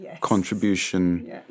contribution